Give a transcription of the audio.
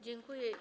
Dziękuję.